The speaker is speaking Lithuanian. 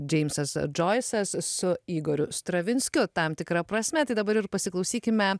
džeimsas džoisas su igoriu stravinskiu tam tikra prasme tai dabar ir pasiklausykime